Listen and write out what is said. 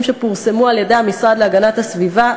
שפורסמו על-ידי המשרד להגנת הסביבה,